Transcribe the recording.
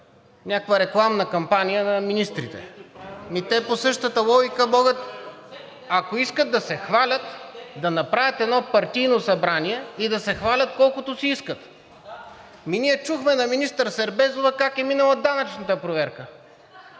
някаква рекламна кампания на министрите. Ами те по същата логика могат, ако искат да се хвалят, да направят едно партийно събрание и да се хвалят колкото си искат. Ами ние чухме на министър Сербезова как е минала данъчната проверка.